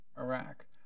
Iraq